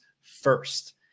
first